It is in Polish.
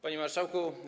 Panie Marszałku!